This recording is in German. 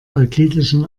euklidischen